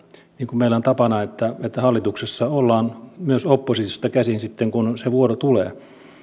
niin kuin meillä on tapana että hallituksessa ollaan myös oppositiosta käsin mennään sitten kun se vuoro tulee